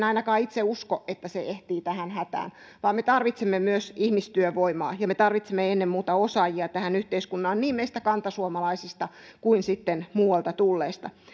ainakaan itse usko että se ehtii tähän hätään vaan me tarvitsemme myös ihmistyövoimaa ja me tarvitsemme ennen muuta osaajia tähän yhteiskuntaan niin meistä kantasuomalaista kuin sitten muualta tulleista